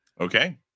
Okay